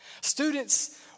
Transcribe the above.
Students